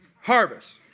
harvest